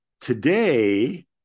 today